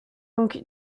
donc